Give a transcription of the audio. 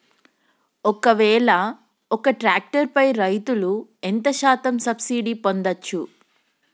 ఒక్కవేల ఒక్క ట్రాక్టర్ పై రైతులు ఎంత శాతం సబ్సిడీ పొందచ్చు?